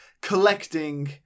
collecting